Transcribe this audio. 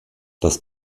das